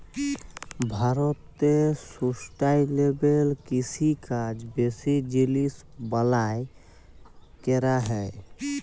ভারতে সুস্টাইলেবেল কিষিকাজ বেশি জিলিস বালাঁয় ক্যরা হ্যয়